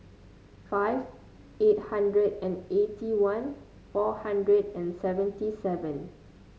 five eight hundred and eighty one four hundred and seventy seven